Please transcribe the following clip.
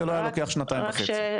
זה לא היה לוקח שנתיים וחצי.